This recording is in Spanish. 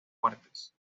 fuertes